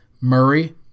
Murray